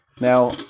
Now